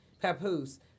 papoose